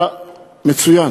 היה מצוין,